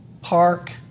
park